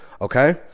Okay